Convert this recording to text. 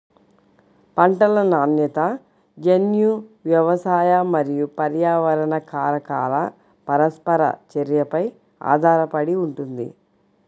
పంటల నాణ్యత జన్యు, వ్యవసాయ మరియు పర్యావరణ కారకాల పరస్పర చర్యపై ఆధారపడి ఉంటుంది